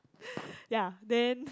ya then